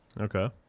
Okay